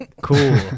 Cool